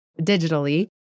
digitally